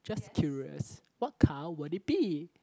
just curious what car will it be